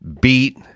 beat